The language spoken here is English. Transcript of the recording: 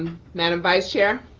madam vice chair.